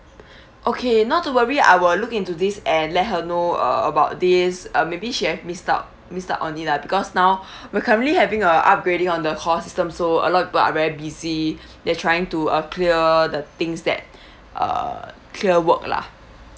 okay not to worry I will look into this and let her know uh about this uh maybe she've missed out missed out on it lah because now we're currently having a upgrading on the call system so a lot of people are very busy they're trying to uh clear the things that uh clear work lah